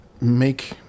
make